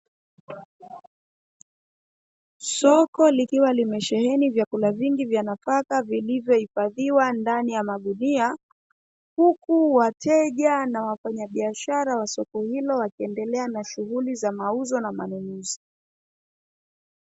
Soko likiwa limesheheni vyakula vingi vya nafaka vilivyohifadhiwa ndani ya magunia. Huku wateja na wafanyabiashara wa soko hilo wakiendelea na shughuli za mauzo na manunuzi.